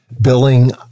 billing